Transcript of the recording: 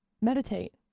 Meditate